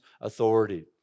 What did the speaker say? authority